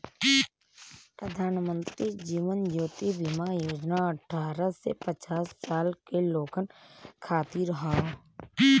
प्रधानमंत्री जीवन ज्योति बीमा योजना अठ्ठारह से पचास साल के लोगन खातिर हौ